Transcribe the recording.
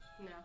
No